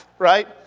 right